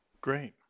Great